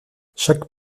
chaque